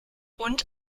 und